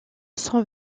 son